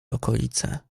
okolicę